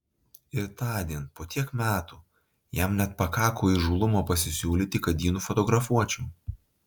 ir tądien po tiek metų jam net pakako įžūlumo pasisiūlyti kad jį nufotografuočiau